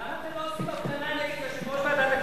למה אתם לא עושים הפגנה נגד יושב-ראש ועדת הכספים?